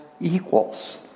equals